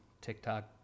TikTok